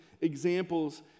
examples